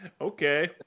Okay